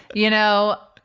you know,